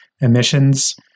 emissions